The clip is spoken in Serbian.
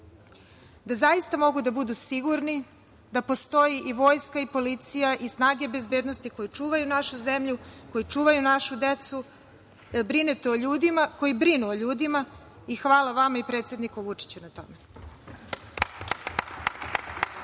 da zaista mogu da budu sigurni da postoji i vojska i policija i snage bezbednosti koje čuvaju našu zemlju, koje čuvaju našu decu. Brinete o ljudima koji brinu o ljudima i hvala vama i predsedniku Vučiću na tome.